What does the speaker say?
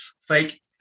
fake